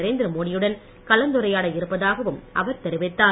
நரேந்திரமோடி யுடன் கலந்துரையாட காட்சி இருப்பதாகவும் அவர் தெரிவித்தார்